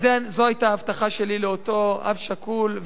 זו היתה ההבטחה שלי לאותו אב שכול,